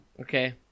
Okay